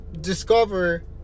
discover